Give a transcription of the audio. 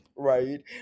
Right